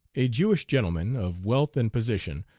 a jewish gentleman, of wealth and position,